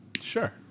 Sure